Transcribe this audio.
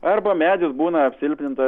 arba medis būna apsilpnintas